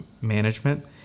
management